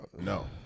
No